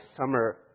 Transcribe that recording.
summer